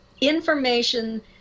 information